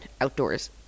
outdoors